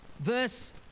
Verse